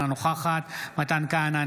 אינה נוכחת מתן כהנא,